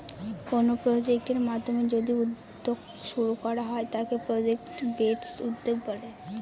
কোনো প্রজেক্টের মাধ্যমে যদি উদ্যোক্তা শুরু করা হয় তাকে প্রজেক্ট বেসড উদ্যোক্তা বলে